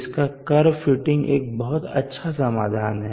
इसका curve fitting एक बहुत अच्छा समाधान है